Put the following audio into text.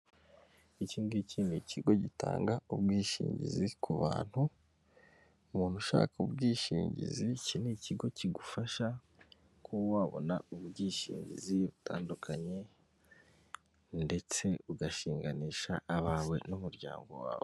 Iki ngiki ni kigo gitanga ubwishingizi ku bantu, umuntu ushaka ubwishingizi, iki ni ikigo kigufasha kuba wabona ubwishingizi butandukanye, ndetse ugashinganisha abawe n'umuryango wawe.